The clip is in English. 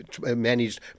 managed